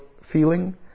feeling